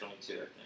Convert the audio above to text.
22